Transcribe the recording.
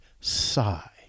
sigh